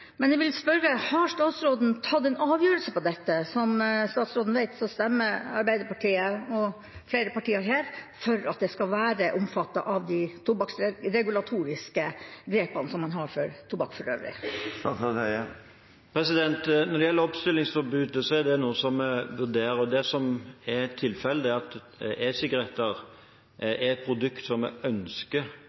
Men jeg vil spørre: Har statsråden tatt en avgjørelse om dette? Som statsråden vet, stemmer Arbeiderpartiet og flere partier her for at det skal være omfattet av de tobakksregulatoriske grepene som man har for tobakk for øvrig. Når det gjelder oppstillingsforbudet, er det noe vi vurderer. Det som er tilfelle, er at e-sigaretter er et produkt som vi ønsker